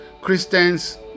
christians